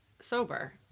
sober